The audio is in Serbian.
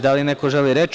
Da li neko želi reč?